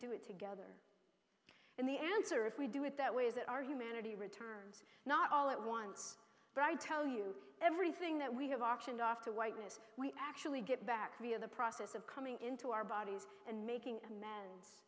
do it together and the answer if we do it that way is that our humanity returns not all at once there i tell you everything that we have auction off to whiteness we actually get back via the process of coming into our bodies and making amends